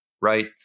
right